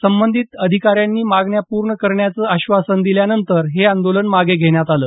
संबंधित अधिकाऱ्यांनी मागण्या पूर्ण करण्याचं आश्वासन दिल्यानंतर हे आंदोलन मागे घेण्यात आलं